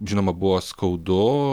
žinoma buvo skaudu